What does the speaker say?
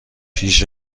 پیش